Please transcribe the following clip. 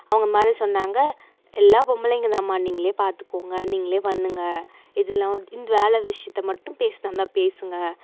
அவங்க இந்தமாதிரி சொன்னாங்க எல்லாம் பொம்பளைங்கதாம்மா நீங்கள் பார்த்துக்கோங்க நீங்கள் பண்ணுங்கள் இதில் வந்து இந்த வேலை விஷயத்த மட்டும் பேசுறதா இருந்தால் பேசுங்கள்